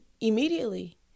immediately